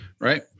right